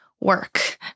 work